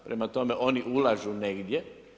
Prema tome, oni ulažu negdje.